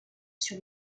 sur